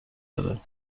داره